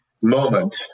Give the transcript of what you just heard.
moment